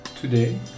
Today